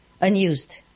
unused